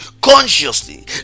consciously